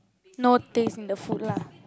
no taste in the food lah